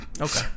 Okay